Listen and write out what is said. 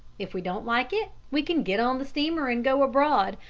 if we don't like it, we can get on the steamer and go abroad,